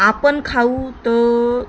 आपण खाऊ तर